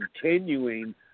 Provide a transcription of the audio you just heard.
continuing